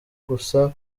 gusa